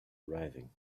arriving